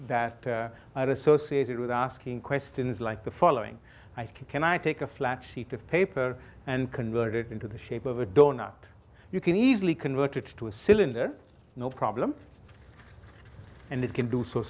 are associated with asking questions like the following i can i take a flat sheet of paper and convert it into the shape of a donor you can easily converted to a cylinder no problem and it can do so